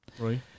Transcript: Right